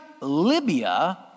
Libya